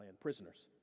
Prisoners